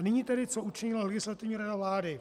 Nyní tedy co učinila Legislativní rada vlády.